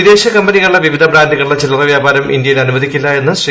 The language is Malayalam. വിദേശ കമ്പനികളുടെ വിവിധ ബ്രാന്റുകളുടെ ചില്ലറ വ്യാപാരം ഇന്ത്യയിൽ അനുവദിക്കില്ല എന്ന് ശ്രീ